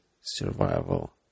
survival